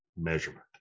measurement